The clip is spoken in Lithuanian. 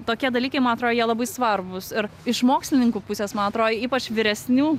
tokie dalykai ma atro labai svarbūs ir iš mokslininkų pusės ma atro ypač vyresnių